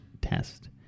test